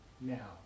Now